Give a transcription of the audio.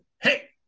Hey